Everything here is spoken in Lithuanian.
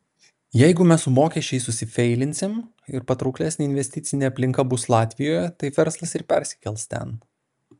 jeigu mes su mokesčiais susifeilinsim ir patrauklesnė investicinė aplinka bus latvijoje tai verslas ir persikels ten